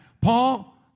Paul